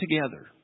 together